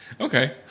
Okay